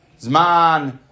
Zman